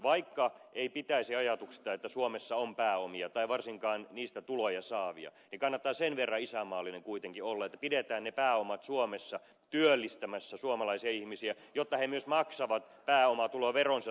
vaikka ei pitäisi ajatuksesta että suomessa on pääomia tai varsinkaan niistä tuloja saavia kannattaa sen verran isänmaallinen kuitenkin olla että pidetään ne pääomat suomessa työllistämässä suomalaisia ihmisiä jotta nämä ihmiset myös maksavat pääomatuloveronsa